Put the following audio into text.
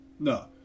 No